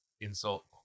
insult